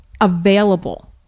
available